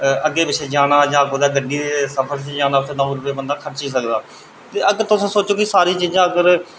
अग्गें पिच्छें जाना जां कुदै गड्डी दे सफर च जाना उत्थें बंदा दंऊ रपेऽ खर्ची सकदा अगर तुस सोचो की सारे जियां अगर